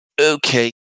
Okay